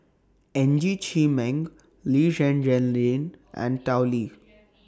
Ng Chee Meng Lee Zhen Zhen Jane and Tao Li